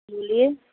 बोलिए